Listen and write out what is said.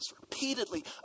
repeatedly